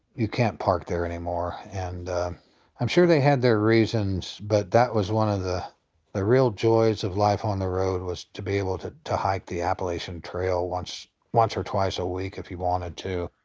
you can't park there anymore. and i'm sure they had their reasons. but that was one of the ah real joys of life on the road was to be able to to hike the appalachian trail once once or twice a week if we wanted to.